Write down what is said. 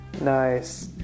Nice